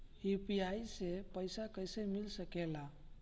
UPI से पइसा कईसे मिल सके ला?